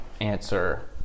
answer